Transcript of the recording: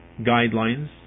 guidelines